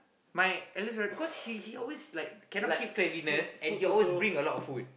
my eldest brother cause he he always like cannot keep cleanliness and he always bring a lot of food